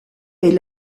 est